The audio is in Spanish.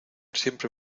siempre